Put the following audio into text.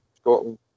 Scotland